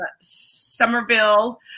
Somerville